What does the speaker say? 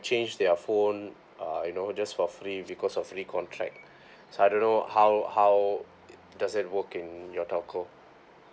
change their phone uh you know just for free because of recontract so I don't know how how does that work in your telco